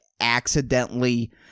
accidentally